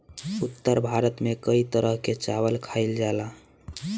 उत्तर भारत में कई तरह के चावल खाईल जाला